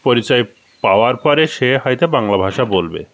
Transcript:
পরিচয় পাওয়ার পরে সে হয় তো বাংলা ভাষা বলবে